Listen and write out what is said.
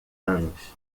anos